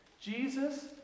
Jesus